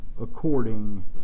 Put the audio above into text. according